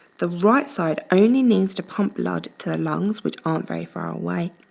the right side only needs to pump blood to the lungs which aren't very far away.